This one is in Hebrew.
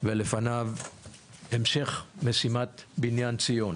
ולפניו המשך משימת בניין ציון.